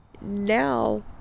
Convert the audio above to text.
Now